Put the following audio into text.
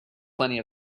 plenty